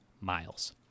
miles